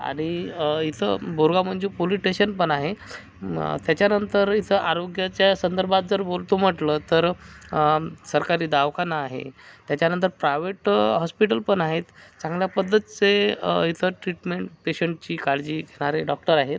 आणि इथं Borgaon Manju police station पण आहे त्याच्यानंतर इथं आरोग्याच्या संदर्भात जर बोलतो म्हटलं तर सरकारी दवाखाना आहे त्याच्यानंतर प्रावेट हॉस्पिटल पण आहेत चांगल्या पद्धतीचे इथं ट्रीटमेंट पेशन्टची काळजी घेणारे डॉक्टर आहेत